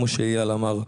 כמו שאייל אמר,